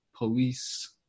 police